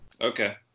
Okay